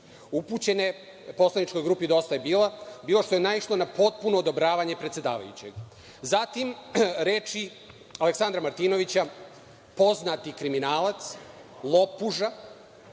upućene Poslaničkoj grupi „Dosta je bilo“, bilo što je naišlo na potpuno odobravanje predsedavajućeg. Zatim reči Aleksandra Martinovića – poznati kriminalac,